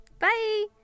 Bye